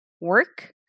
work